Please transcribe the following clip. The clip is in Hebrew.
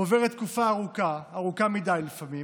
עוברת תקופה ארוכה, ארוכה מדי לפעמים,